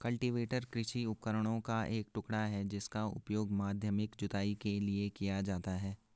cultivator कृषि उपकरण का एक टुकड़ा है जिसका उपयोग माध्यमिक जुताई के लिए किया जाता है